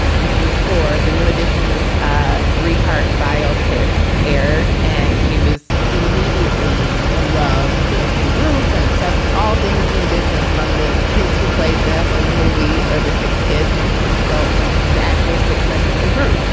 when she was four, the new. in ah three part bio pic aired and she was immediately in love with the group and obsessed with all things no edition from the kids who played them in and the movie or the six kids and six adults to the actual six members of the group,